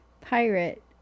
pirate